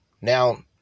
Now